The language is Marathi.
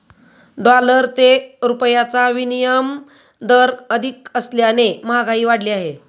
डॉलर ते रुपयाचा विनिमय दर अधिक असल्याने महागाई वाढली आहे